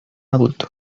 adulto